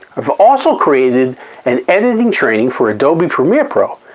i've also created an editing training for adobe premiere pro.